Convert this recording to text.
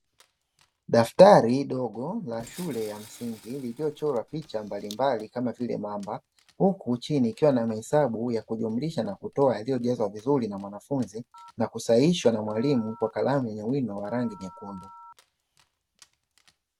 Daftari dogo la shule ya msingi lilochorwa picha mbalimbali kama vile mamba, huku chini ikiwa na mahesabu ya kujumlisha na kutoa yaliyojazwa vizuri na mwanafunzi na kusahihishwa na mwalimu kwa kalamu yenye wino wa rangi nyekundu.